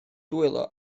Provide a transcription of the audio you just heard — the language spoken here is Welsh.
dwylo